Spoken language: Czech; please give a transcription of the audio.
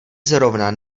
zrovna